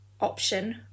option